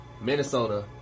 Minnesota